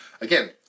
again